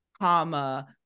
comma